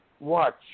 Watch